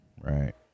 Right